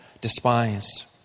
despise